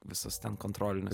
visus ten kontrolinius